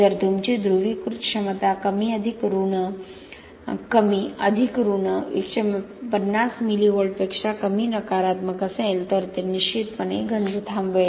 जर तुमची ध्रुवीकृत क्षमता कमी अधिक ऋण 150 मिली व्होल्टपेक्षा कमी नकारात्मक असेल तर ते निश्चितपणे गंज थांबवेल